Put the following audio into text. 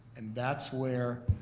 and that's where